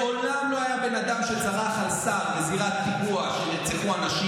מעולם לא היה בן אדם שצרח על שר בזירת פיגוע שבה נרצחו אנשים.